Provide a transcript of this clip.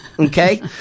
Okay